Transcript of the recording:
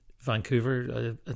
vancouver